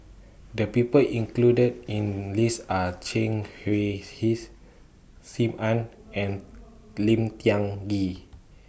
The People included in list Are Chen Hui Hsi SIM Ann and Lim Tiong Ghee